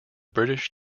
british